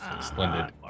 Splendid